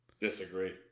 disagree